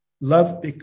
love